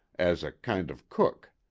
as a kind of cook.